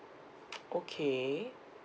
okay